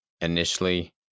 initially